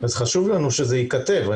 חשוב לנו שזה ייכתב.